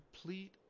complete